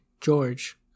George